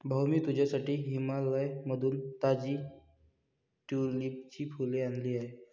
भाऊ, मी तुझ्यासाठी हिमाचलमधून ताजी ट्यूलिपची फुले आणली आहेत